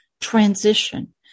transition